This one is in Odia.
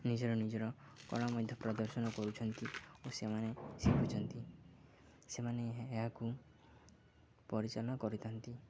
ନିଜର ନିଜର କଳା ମଧ୍ୟ ପ୍ରଦର୍ଶନ କରୁଛନ୍ତି ଓ ସେମାନେ ଶିଖୁଛନ୍ତି ସେମାନେ ଏହାକୁ କରିଥାନ୍ତି